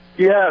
Yes